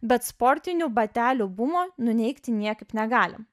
bet sportinių batelių bumo nuneigti niekaip negalim